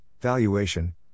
valuation